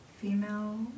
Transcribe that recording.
female